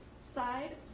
side